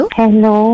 hello